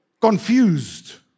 confused